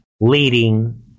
leading